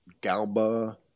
Galba